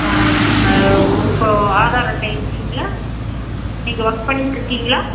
ஓ இப்போ ஆதார் அட்டை இருக்குங்களா நீங்கள் ஒர்க் பண்ணிட்டுருக்கீங்களா